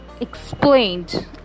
explained